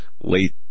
late